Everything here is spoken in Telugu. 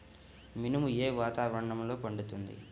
మినుము ఏ వాతావరణంలో పండుతుంది?